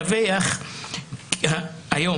מדווח היום,